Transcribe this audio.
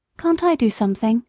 can't i do something?